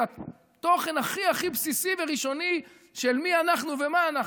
אל התוכן הכי הכי בסיסי וראשוני של מי אנחנו ומה אנחנו.